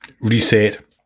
reset